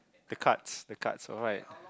the cards the cards alright